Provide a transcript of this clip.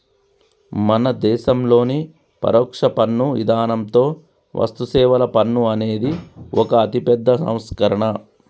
మన దేసంలోని పరొక్ష పన్ను ఇధానంతో వస్తుసేవల పన్ను అనేది ఒక అతిపెద్ద సంస్కరణ